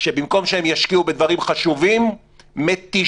ובמקום שהם ישקיעו בדברים חשובים מתישים